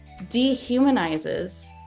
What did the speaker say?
dehumanizes